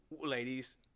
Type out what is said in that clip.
Ladies